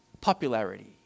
popularity